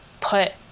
put